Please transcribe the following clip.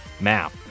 map